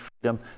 freedom